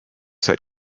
set